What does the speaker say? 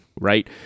right